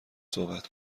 صحبت